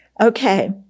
Okay